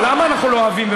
למה אנחנו לא אוהבים,